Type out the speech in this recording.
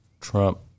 Trump